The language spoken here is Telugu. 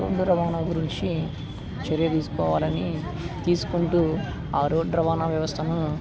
రోడ్డు రవాణా గురించి చర్య తీసుకోవాలని తీసుకుంటూ ఆ రోడ్డు రవాణా వ్యవస్థను